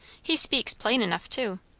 he speaks plain enough, too.